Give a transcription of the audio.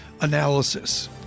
analysis